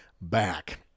back